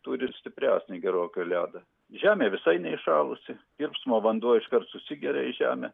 turi stipresnį gerokai ledą žemė visai neįšalusi tirpsmo vanduo iškart susigeria į žemę